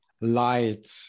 light